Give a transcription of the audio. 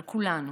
על כולנו.